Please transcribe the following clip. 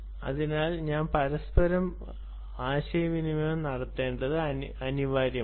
അതിനാൽ ഞാൻ പരസ്പരം ആശയവിനിമയം നടത്തേണ്ടത് അനിവാര്യമാണ്